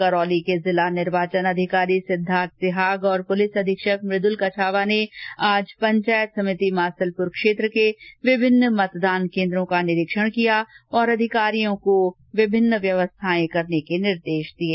करौली के निर्वाचन अधिकारी सिद्धार्थ सिहाग और पुलिस अधीक्षक मुद्ल कछावा ने आज पंचायत समिति मासलपुर क्षेत्र के विभिन्न मतदान केन्द्रों का निरीक्षण किया और अधिकारियों को विभिनन व्यवस्थाएं करने के निर्देश दिये